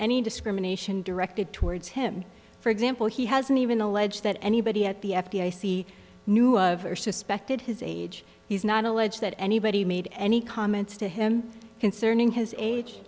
any discrimination directed towards him for example he hasn't even alleged that anybody at the f b i i see knew of or suspected his age he's not alleged that anybody made any comments to him concerning his age